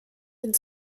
and